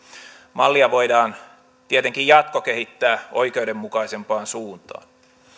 mallia voidaan tietenkin jatkokehittää oikeudenmukaisempaan suuntaan